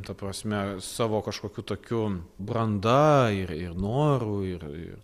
ta prasme savo kažkokiu tokiu branda ir noru ir ir